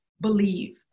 believe